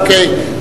אוקיי.